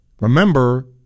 Remember